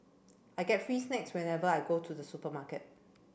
I get free snacks whenever I go to the supermarket